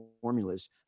formulas